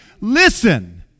Listen